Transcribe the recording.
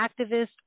activists